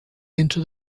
into